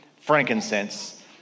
frankincense